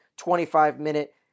25-minute